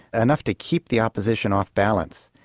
enough to keep the opposition off-balance.